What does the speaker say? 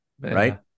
right